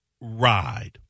ride